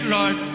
Lord